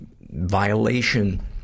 violation